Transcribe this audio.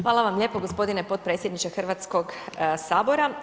Hvala vam lijepo gospodine potpredsjedniče Hrvatskog sabora.